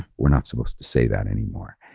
we're not supposed to say that anymore.